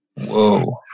Whoa